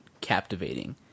captivating